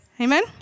Amen